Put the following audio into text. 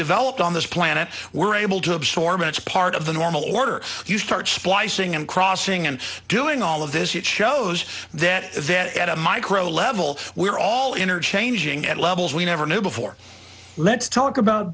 developed on this planet we're able to absorb much part of the normal order you start splicing and crossing and doing all of this it shows that that at a micro level we're all interchanging at levels we never knew before let's talk about